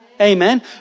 Amen